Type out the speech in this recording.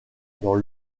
dans